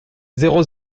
zéro